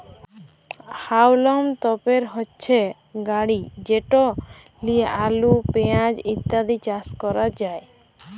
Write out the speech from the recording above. হাউলম তপের হচ্যে গাড়ি যেট লিয়ে আলু, পেঁয়াজ ইত্যাদি চাস ক্যরাক যায়